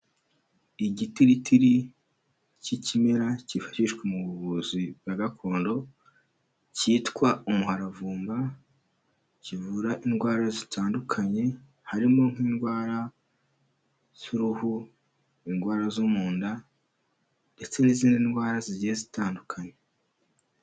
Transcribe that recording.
Igitiritiri cy'ikimera cyifashishwa mu buvuzi bwa gakondo cyitwa umuharavumba, kivura indwara zitandukanye harimo nk'indwara z'uruhu, indwara zo mu nda ndetse n'izindi ndwara zigiye zitandukanye.